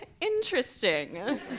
interesting